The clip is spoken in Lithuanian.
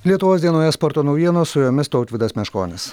lietuvos dienoje sporto naujienos su jomis tautvydas meškonis